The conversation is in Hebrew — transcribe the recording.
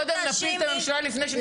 קודם נפיל את הממשלה לפני שנפיל את החקלאות.